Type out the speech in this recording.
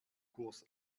kurs